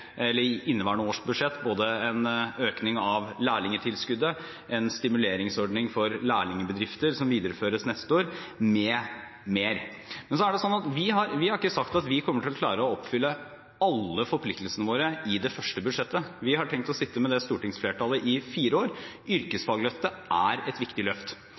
en økning av lærlingtilskuddet, en stimuleringsordning for lærlingbedrifter som videreføres neste år, m.m. Men så er det slik at vi har ikke sagt at vi kommer til å klare å oppfylle alle forpliktelsene våre i det første budsjettet, vi har tenkt å sitte med stortingsflertallet i fire år. Yrkesfagløftet er et viktig løft.